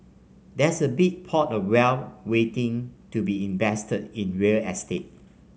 there's a big pot of wealth waiting to be invested in real estate